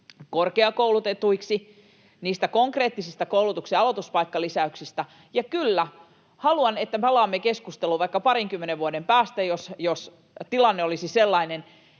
korkeakoulutetuiksi, ja niistä konkreettisista koulutuksen aloituspaikkalisäyksistä. Ja kyllä, haluan että palaamme keskusteluun vaikka parinkymmenen vuoden päästä, jos tilanne olisi sellainen,